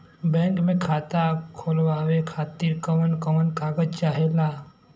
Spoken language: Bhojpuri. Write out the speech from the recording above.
बैंक मे खाता खोलवावे खातिर कवन कवन कागज चाहेला?